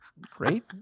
Great